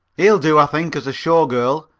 he'll do, i think, as a show girl,